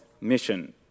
mission